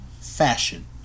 fashion